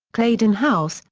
claydon house,